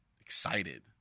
excited